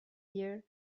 year